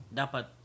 dapat